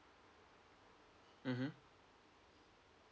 mmhmm